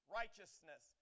righteousness